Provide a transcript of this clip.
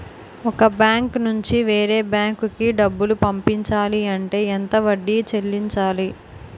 ఒక బ్యాంక్ నుంచి వేరే బ్యాంక్ కి డబ్బులు పంపించాలి అంటే ఎంత వడ్డీ చెల్లించాలి?